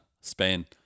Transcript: Spain